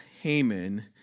Haman